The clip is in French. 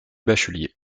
bachelier